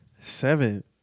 Seven